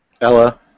Ella